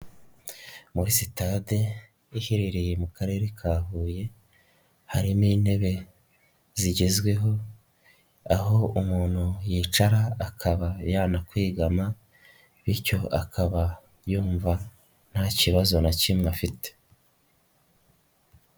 Muri sitade iherereye mu Karere ka Huye, hari intebe zigezweho, aho umuntu yicara akaba yanakwegama, bityo akaba yumva nta kibazo nta kimwe afite.